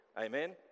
Amen